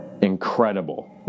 incredible